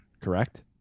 correct